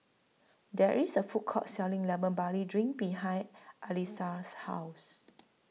There IS A Food Court Selling Lemon Barley Drink behind Alesia's House